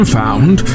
found